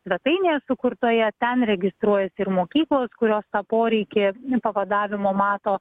svetainėje sukurtoje ten registruojasi ir mokyklos kurios tą poreikį pavadavimo mato